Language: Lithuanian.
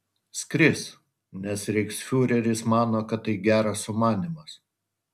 skris nes reichsfiureris mano kad tai geras sumanymas